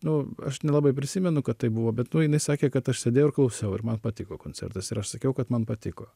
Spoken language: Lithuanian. nu aš nelabai prisimenu kad taip buvo bet nu jinai sakė kad aš sėdėjau ir klausiau ir man patiko koncertas ir aš sakiau kad man patiko